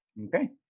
Okay